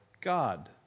God